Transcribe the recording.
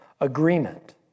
agreement